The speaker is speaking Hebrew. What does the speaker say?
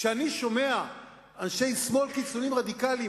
כשאני שומע אנשי שמאל קיצוניים-רדיקליים